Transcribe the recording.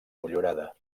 motllurada